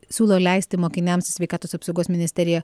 siūlo leisti mokiniams sveikatos apsaugos ministerija